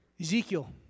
Ezekiel